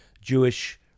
Jewish